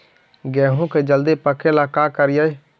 गेहूं के जल्दी पके ल का करियै?